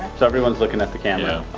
so everyone's looking at the camera.